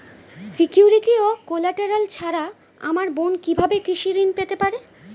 Security ও collateral ছাড়া আমার বোন কিভাবে কৃষি ঋন পেতে পারে?